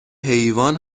حیوان